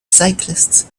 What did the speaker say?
cyclists